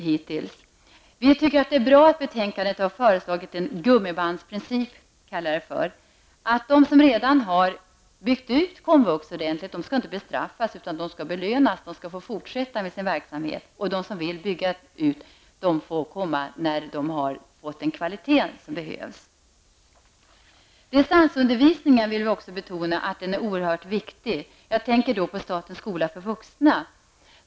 Vi i miljöpartiet tycker att det är bra att man i betänkandet har föreslagit en s.k. gummibandsprincip. De kommuner som redan har byggt ut komvux ordentligt skall inte bestraffas, utan de skall belönas och få fortsätta med sin verksamhet. De som vill bygga ut får göra det när de uppnått den kvalitet som behövs. Miljöpartiet vill också betona att distansundervisningen är oerhört viktig. Jag tänker då på statens skola för vuxna.